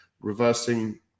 reversing